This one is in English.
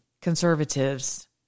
conservatives